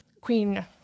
Queen